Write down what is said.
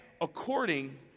according